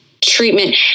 treatment